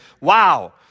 wow